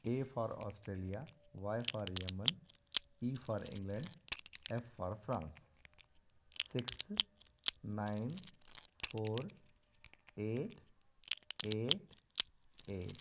a for Australia Y for Yemen E for England F for France six nine four eight eight eight